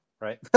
right